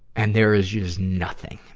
and there is just nothing.